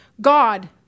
God